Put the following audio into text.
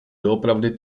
doopravdy